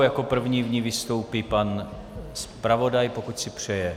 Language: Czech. Jako první v ní vystoupí pan zpravodaj, pokud si přeje.